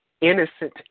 innocent